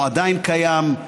או עדיין קיים,